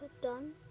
done